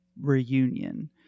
Reunion